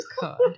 God